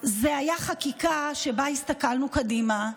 זו הייתה חקיקה שבה הסתכלנו קדימה,